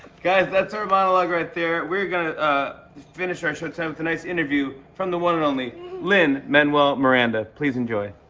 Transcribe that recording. guys, that's our monologue, right there. we're gonna finish our show tonight with a nice interview from the one and only lin-manuel miranda. please enjoy.